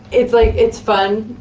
it's like it's fun,